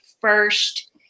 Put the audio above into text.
first